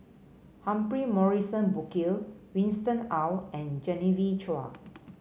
Humphrey Morrison Burkill Winston Oh and Genevieve Chua